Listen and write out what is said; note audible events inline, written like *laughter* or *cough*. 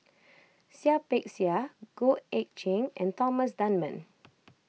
*noise* Seah Peck Seah Goh Eck Kheng and Thomas Dunman *noise*